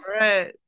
right